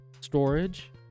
Storage